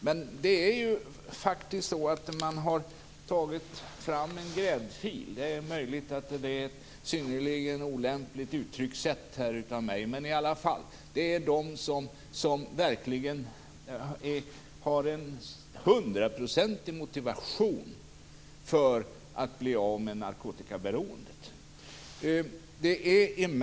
Men det är ju faktiskt så att man har tagit fram en gräddfil. Det är möjligt att det är ett synnerligen olämpligt uttryckssätt av mig. Det är de som verkligen har en hundraprocentig motivation för att bli av med narkotikaberoendet som får komma dit.